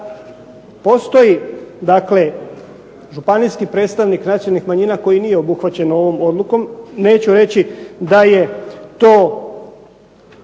postoji dakle županijski predstavnik nacionalnih manjina koji nije obuhvaćen ovom odlukom. Neću reći da je to